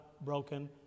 broken